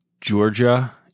Georgia